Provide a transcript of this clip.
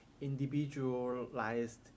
individualized